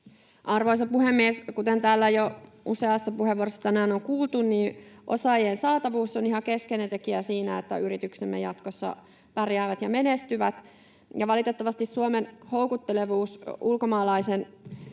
Arvoisa puhemies! Kuten täällä jo useassa puheenvuorossa tänään on kuultu, osaajien saatavuus on ihan keskeinen tekijä siinä, että yrityksemme jatkossa pärjäävät ja menestyvät. Valitettavasti Suomen houkuttelevuus ulkomaalaisen